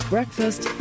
Breakfast